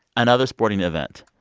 another sporting event